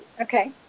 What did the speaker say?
okay